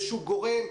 איזשהו גורם,